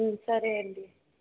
సరే అండి